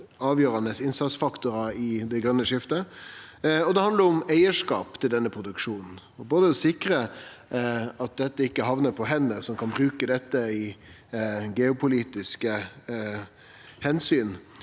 avgjerande innsatsfaktorar i det grøne skiftet, og det handlar om eigarskap til denne produksjonen – både å sikre at dette ikkje hamnar på hender som kan bruke dette i geopolitiske omsyn,